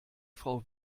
frau